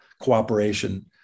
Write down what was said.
cooperation